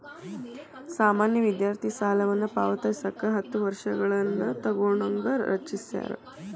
ಸಾಮಾನ್ಯ ವಿದ್ಯಾರ್ಥಿ ಸಾಲವನ್ನ ಪಾವತಿಸಕ ಹತ್ತ ವರ್ಷಗಳನ್ನ ತೊಗೋಣಂಗ ರಚಿಸ್ಯಾರ